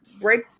break